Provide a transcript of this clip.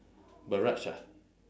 barrage ah